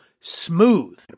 smooth